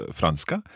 franska